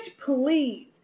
please